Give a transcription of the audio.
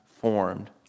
formed